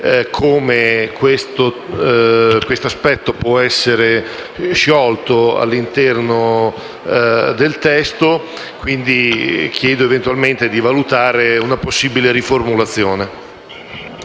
come questo aspetto possa essere sciolto all'interno del testo e, quindi, chiedo, eventualmente, di valutare una possibile riformulazione.